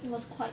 it was quite